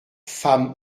femmes